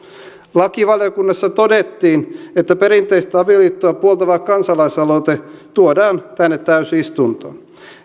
lakivaliokunnassa todettiin että perinteistä avioliittoa puoltava kansalaisaloite tuodaan tänne täysistuntoon